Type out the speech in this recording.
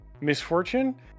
misfortune